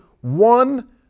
one